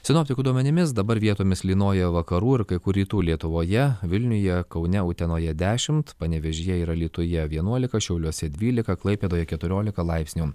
sinoptikų duomenimis dabar vietomis lynoja vakarų ir kai kur rytų lietuvoje vilniuje kaune utenoje dešimt panevėžyje ir alytuje vienuolika šiauliuose dvylika klaipėdoj keturiolika laipsnių